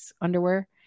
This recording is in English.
underwear